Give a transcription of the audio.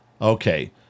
Okay